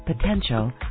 potential